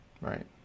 right